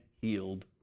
healed